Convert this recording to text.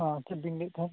ᱦᱮᱸ ᱪᱮᱫ ᱵᱤᱱ ᱞᱟᱹᱭᱮᱫ ᱛᱟᱦᱮᱸᱫ